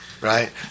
Right